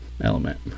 element